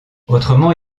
autrement